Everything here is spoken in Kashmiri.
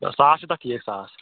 ساس چھُ تَتھ ٹھیٖک ساس